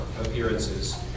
appearances